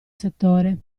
settore